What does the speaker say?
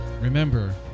Remember